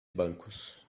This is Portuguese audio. bancos